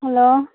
hello